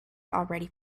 already